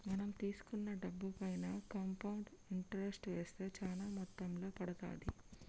మనం తీసుకున్న డబ్బుపైన కాంపౌండ్ ఇంటరెస్ట్ వేస్తే చానా మొత్తంలో పడతాది